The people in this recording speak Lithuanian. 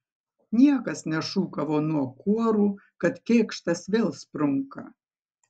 niekas nešūkavo nuo kuorų kad kėkštas vėl sprunka